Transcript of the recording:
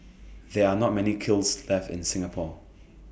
there are not many kilns left in Singapore